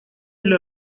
для